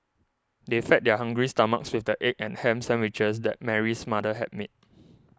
they fed their hungry stomachs with the egg and ham sandwiches that Mary's mother had made